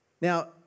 Now